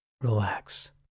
relax